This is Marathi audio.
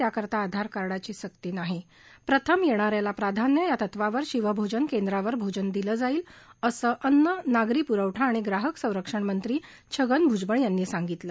त्याकरता आधारकार्डाची सक्ती नाही प्रथम येणाऱ्याला प्राधान्य या तत्त्वावर शिवभोजन केंद्रावर भोजन दिलं जाईल असं अन्न नागरी पुरवठा आणि ग्राहक संरक्षण मंत्री छगन भूजबळ यांनी सांगितलं